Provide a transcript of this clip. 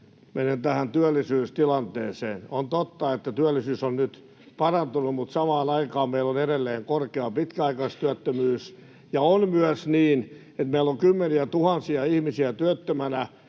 Menen tähän työllisyystilanteeseen. On totta, että työllisyys on nyt parantunut, mutta samaan aikaan meillä on edelleen korkea pitkäaikaistyöttömyys ja on myös niin, että meillä on kymmeniätuhansia ihmisiä työttömänä,